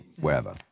wherever